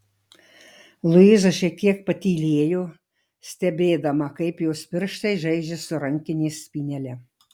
luiza šiek tiek patylėjo stebėdama kaip jos pirštai žaidžia su rankinės spynele